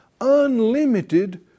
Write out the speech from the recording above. unlimited